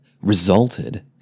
resulted